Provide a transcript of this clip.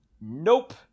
Nope